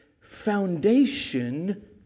foundation